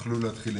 יוכלו להתחיל.